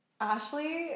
Ashley